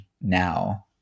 now